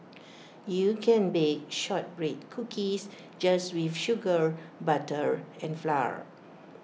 you can bake Shortbread Cookies just with sugar butter and flour